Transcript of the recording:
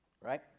right